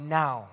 now